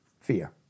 Fear